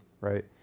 right